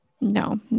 no